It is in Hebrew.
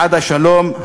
בעד השלום,